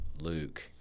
Luke